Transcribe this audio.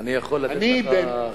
ואני יכול לתת לך חיזוק